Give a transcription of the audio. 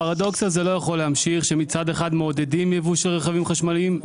הפרדוקס הזה לא יכול להמשיך כשמצד אחד מעודדים יבוא של רכבים חשמליים,